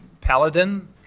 paladin